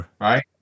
right